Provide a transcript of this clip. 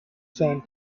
sand